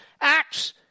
acts